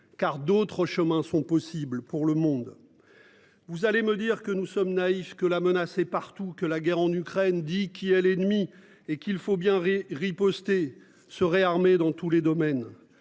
car d'autres chemins sont possibles pour le monde. Vous allez me dire que nous sommes naïfs que la menace partout que la guerre en Ukraine dit qui est l'ennemi et qu'il faut bien re- riposter se réarmer dans tous les domaines.